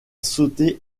sauté